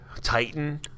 Titan